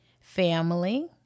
Family